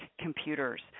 computers